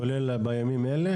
כולל בימים אלה?